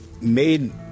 made